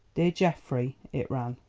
dear geoffrey, it ran,